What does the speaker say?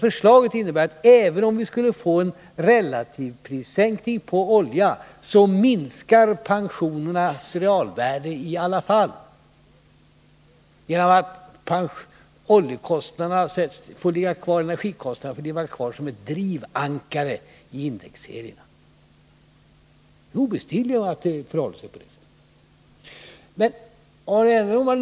Förslaget innebär att om vi skulle få en relativprissänkning på olja, så minskar pensionernas realvärde i alla fall genom att energikostnaderna får ligga kvar som ett drivankare i indexserierna. Det är obestridligt att det förhåller sig på det sättet.